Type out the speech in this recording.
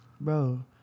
Bro